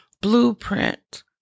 blueprint